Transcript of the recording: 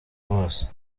bose